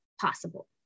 possible